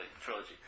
trilogy